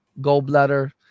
gallbladder